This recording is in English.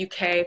uk